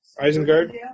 Isengard